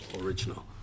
original